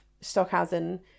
Stockhausen